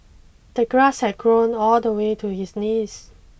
the grass had grown all the way to his knees